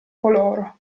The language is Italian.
coloro